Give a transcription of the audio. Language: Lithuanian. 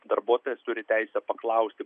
darbuotojas turi teisę paklausti